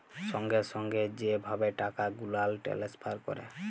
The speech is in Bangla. সঙ্গে সঙ্গে যে ভাবে টাকা গুলাল টেলেসফার ক্যরে